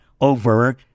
over